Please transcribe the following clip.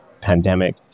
pandemic